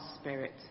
Spirit